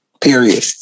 Period